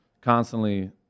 constantly